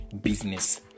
business